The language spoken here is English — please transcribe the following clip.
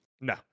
No